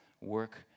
work